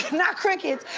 not crickets!